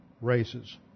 races